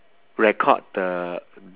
record the